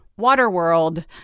Waterworld